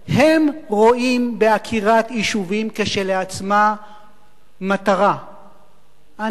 הם רואים בעקירת יישובים כשלעצמה מטרה, הנאה.